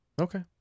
Okay